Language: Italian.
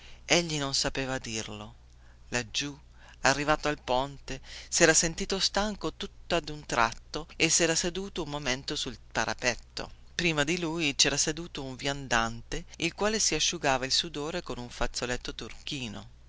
egli non sapeva dirlo laggiù arrivato al ponte sera sentito stanco tutta un tratto e sera seduto un momento sul parapetto prima di lui cera seduto un viandante il quale si asciugava il sudore con un fazzoletto turchino